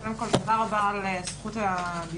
קודם כול תודה רבה על זכות הדיבור.